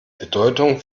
bedeutung